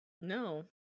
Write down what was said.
No